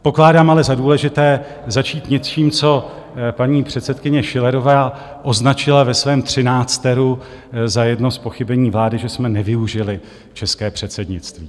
Pokládám ale za důležité začít něčím, co paní předsedkyně Schillerová označila ve svém třinácteru za jedno z pochybení vlády že jsme nevyužili české předsednictví.